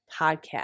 Podcast